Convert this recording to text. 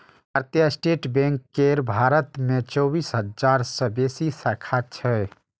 भारतीय state bank केर भारत मे चौबीस हजार सं बेसी शाखा छै